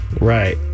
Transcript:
Right